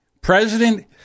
President